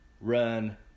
run